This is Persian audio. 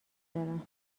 دارم